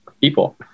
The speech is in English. people